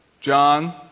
John